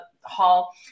hall